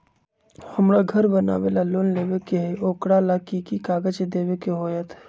हमरा घर बनाबे ला लोन लेबे के है, ओकरा ला कि कि काग़ज देबे के होयत?